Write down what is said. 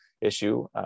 issue